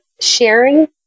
sharing